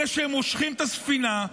אלה שמושכים את הספינה.